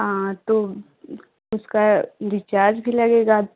हाँ तो उसका डिस्चार्ज भी लगेगा